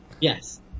yes